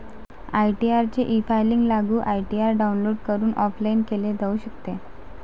ITR चे efiling लागू ITR download करून ऑफलाइन केले जाऊ शकते